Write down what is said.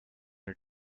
her